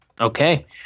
Okay